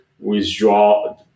withdraw